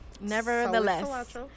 Nevertheless